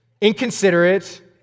inconsiderate